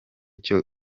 cyo